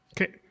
Okay